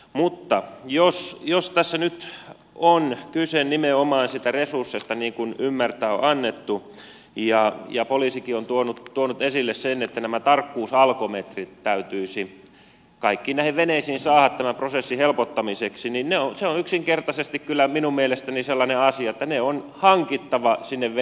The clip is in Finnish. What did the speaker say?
mutta jos tässä nyt on kyse nimenomaan niistä resursseista niin kuin ymmärtää on annettu ja poliisikin on tuonut esille sen että nämä tarkkuusalkometrit täytyisi kaikkiin näihin veneisiin saada tämän prosessin helpottamiseksi niin se on yksinkertaisesti kyllä minun mielestäni sellainen asia että ne on hankittava sinne veneisiin